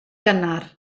gynnar